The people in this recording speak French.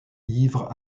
ivre